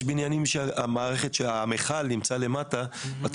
יש בניינים שבהם המכל נמצא למטה ואתה